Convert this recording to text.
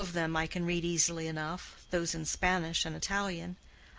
some of them i can read easily enough those in spanish and italian.